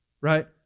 right